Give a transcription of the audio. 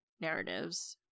narratives